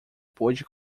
pôde